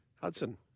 Hudson